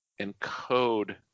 encode